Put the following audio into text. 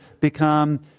become